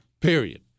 Period